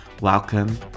Welcome